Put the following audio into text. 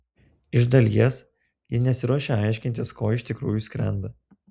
iš dalies ji nesiruošia aiškintis ko iš tikrųjų skrenda